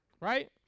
Right